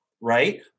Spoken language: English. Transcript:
right